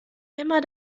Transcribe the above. immer